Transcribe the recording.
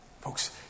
Folks